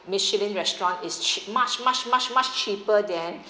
michelin restaurant is much much much much cheaper there